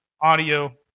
audio